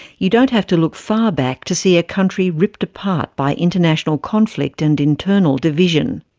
you don't have to look far back to see a country ripped apart by international conflict and internal division.